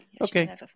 okay